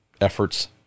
efforts